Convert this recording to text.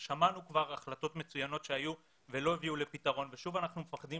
שמענו כבר החלטות מצוינות שהיו ולא הביאו לפתרון ושוב אנחנו מפחדים